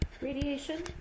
radiation